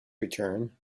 return